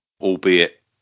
albeit